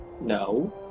No